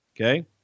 Okay